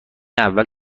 اول